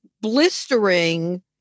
blistering